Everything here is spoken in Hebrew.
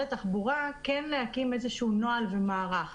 התחבורה כן להקים איזשהו נוהל ומערך.